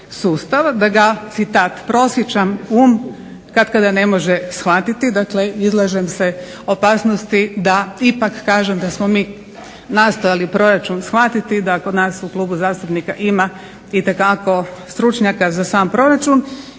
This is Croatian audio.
sustav da ga prosječan um katkada ne može shvatiti", dakle izlažem se opasnosti da ipak kažem da smo mi nastojali proračun shvatiti da kod nas u klubu zastupnika ima itekako stručnjaka za sam proračun.